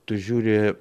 tu žiūri